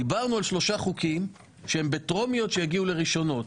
דיברנו על שלושה חוקים הם בטרומיות ויגיעו לראשונות.